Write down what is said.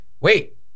wait